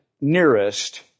nearest